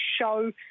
show